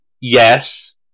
Yes